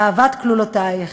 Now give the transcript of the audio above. אהבת כלולותייך,